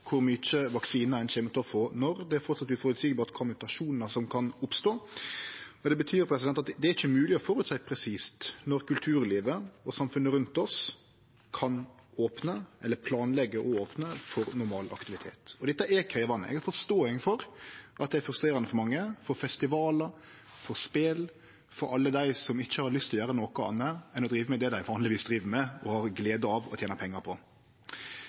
kor mange vaksinar ein kjem til å få når, det er framleis uføreseieleg kva for mutasjonar som kan oppstå. Det betyr at det ikkje er mogleg å føreseie presist når kulturlivet og samfunnet rundt oss kan opne eller planleggje å opne for normal aktivitet. Og dette er krevjande, eg har forståing for at det er frustrerande for mange – for festivalar, for spel, for alle dei som ikkje har lyst til å gjere noko anna enn å drive med det dei vanlegvis driv med og har glede av og tener pengar på.